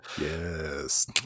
Yes